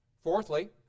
fourthly